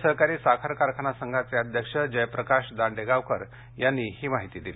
राज्य सहकारी साखर कारखाना संघाचे अध्यक्ष जयप्रकाश दांडेगावकर यांनी ही माहिती दिली